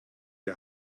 die